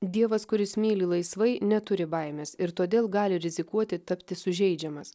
dievas kuris myli laisvai neturi baimės ir todėl gali rizikuoti tapti sužeidžiamas